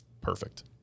perfect